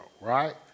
right